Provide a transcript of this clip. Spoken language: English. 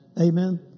Amen